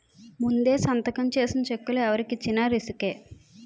ముందే సంతకం చేసిన చెక్కులు ఎవరికి ఇచ్చిన రిసుకే